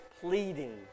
pleading